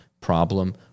Problem